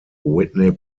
whitney